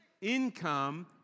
Income